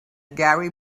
gary